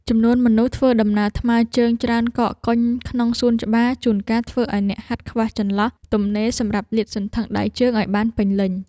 ចំនួនមនុស្សធ្វើដំណើរថ្មើរជើងច្រើនកកកុញក្នុងសួនច្បារ ជួនកាលធ្វើឱ្យអ្នកហាត់ខ្វះចន្លោះទំនេរសម្រាប់លាតសន្ធឹងដៃជើងឱ្យបានពេញលេញ។